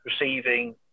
receiving